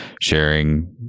sharing